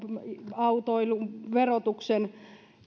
autoilun verotuksen